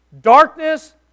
Darkness